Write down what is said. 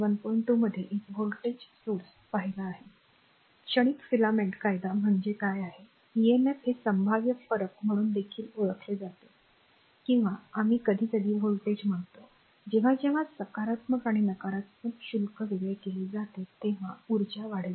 2 मध्ये एक व्होल्टेज स्रोत पाहिला आहे क्षणिक फिलामेंट कायदा म्हणजे काय आहे ईएमएफ हे संभाव्य फरक म्हणून देखील ओळखले जाते किंवा आम्ही कधीकधी व्होल्टेज म्हणतो जेव्हा जेव्हा सकारात्मक आणि नकारात्मक शुल्क वेगळे केले जाते तेव्हा ऊर्जा वाढवली जाते